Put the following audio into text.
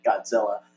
Godzilla